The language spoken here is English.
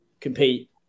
compete